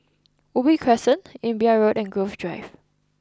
Ubi Crescent Imbiah Road and Grove Drive